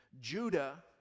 Judah